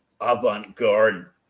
avant-garde